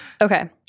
Okay